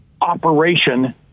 operation